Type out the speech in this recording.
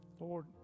Lord